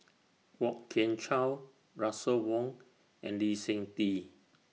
Kwok Kian Chow Russel Wong and Lee Seng Tee